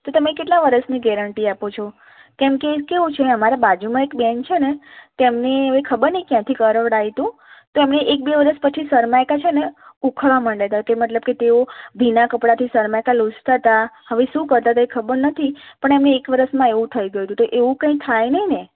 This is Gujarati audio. તો તમે કેટલાં વર્ષની ગેરંટી આપો છો કેમ કે કેવું છે અમારા બાજુમાં એક બહેન છે ને તેમણે હવે ખબર નહીં ક્યાંથી કરાવડાવ્યું હતું તો એમને એક બે વર્ષ પછી સન્માઈકા છે અને ઉખાડવા માંડ્યાં હતાં કે તેઓ ભીના કપડાથી લૂછતાં હતાં હવે શું કરતાં હતાં એ ખબર નથી પણ એને એક વર્ષમાં એવું થઈ ગયું હતું તો એવું કંઈ થાય નહીં ને